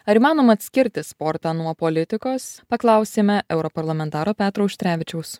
ar įmanoma atskirti sportą nuo politikos paklausėme europarlamentaro petro auštrevičiaus